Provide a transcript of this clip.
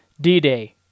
D-Day